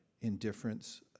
indifference